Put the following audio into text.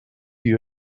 you